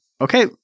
okay